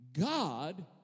God